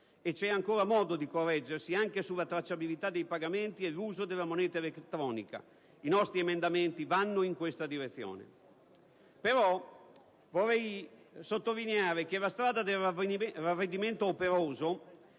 C'è ancora modo di correggersi anche sulla tracciabilità dei pagamenti e l'uso della moneta elettronica: i nostri emendamenti vanno in questa direzione. Vorrei però sottolineare che la strada del ravvedimento operoso